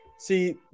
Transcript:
See